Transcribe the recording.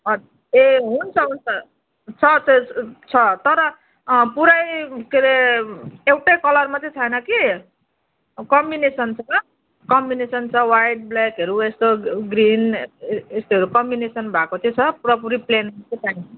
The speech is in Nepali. हजुर ए हुन्छ हुन्छ छ छ छ तर पुरै के अरे एउटै कलरमा चाहिँ छैन कि कम्बिनेसन छ कम्बिनेसन छ व्हाइट ब्ल्याकहरू यस्तो ग्रिन यस्तोहरू कम्बिनेसन भएको छ पुरापुरी प्लेन त छैन